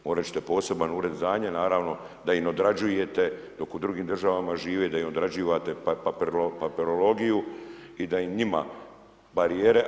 Morat ćete poseban ured za njih, naravno da im odrađujete dok u drugim državama žive da im odrađivate papirologiju i da i njima barijere.